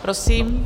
Prosím.